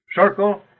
circle